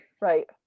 Right